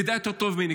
תדע יותר טוב ממני,